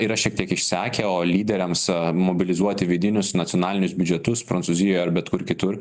yra šiek tiek išsekę o lyderiams mobilizuoti vidinius nacionalinius biudžetus prancūzijoj ar bet kur kitur